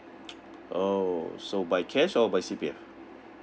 oh so by cash or by C_P_F